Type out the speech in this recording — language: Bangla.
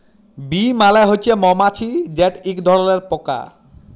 বী মালে হছে মমাছি যেট ইক ধরলের পকা